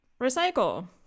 recycle